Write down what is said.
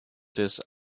this